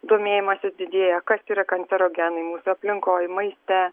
domėjimasis didėja kas yra kancerogenai mūsų aplinkoj maiste